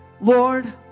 Lord